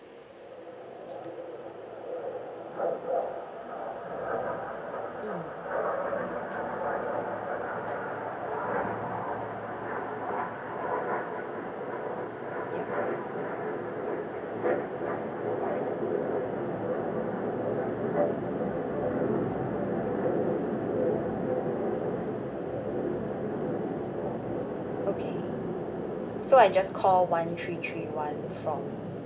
mm yup okay so I just call one three three one from